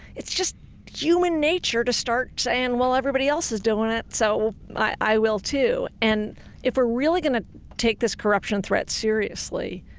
it's just human nature to start saying, well everybody else is doing it, so i will too. and if we're really gonna take corruption threat seriously,